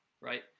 right